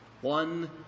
one